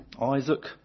Isaac